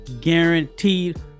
guaranteed